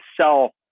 sell